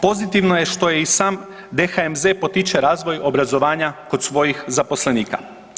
Pozitivno je što i sam DHMZ potiče razvoj obrazovanja kod svojih zaposlenika.